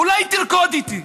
אולי תרקוד איתי,